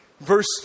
verse